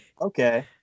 okay